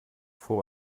vor